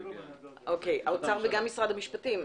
האוצר וגם משרד המשפטים.